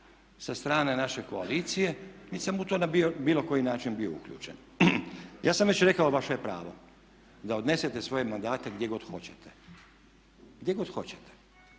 sa strane naše koalicije nit sam u to na bilo koji način bio uključen. Ja sam već rekao vaše je pravo da odnesete svoje mandate gdje god hoćete, gdje god hoćete.